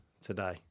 today